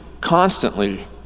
constantly